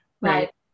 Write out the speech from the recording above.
Right